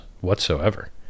whatsoever